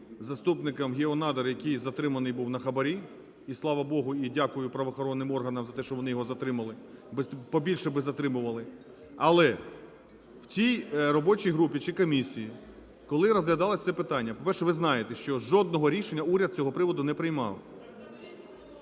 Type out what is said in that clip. заступником "Геонадр", який затриманий був на хабарі, і слава Богу, і дякую правоохоронним органам за те, що вони його затримали, побільше б затримували. Але в тій робочій групі, чи комісії, коли розглядалось це питання, по-перше ви знаєте, що жодного рішення уряд з цього приводу не приймав.